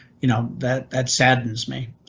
you know, that that saddens me,